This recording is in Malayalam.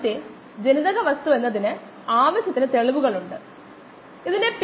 അത് dxv dt ന് തുല്യമാണ് കാരണം നമ്മൾ ഇവിടെയുള്ള വോള്യങ്ങൾ റദ്ദാക്കി